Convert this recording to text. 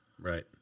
Right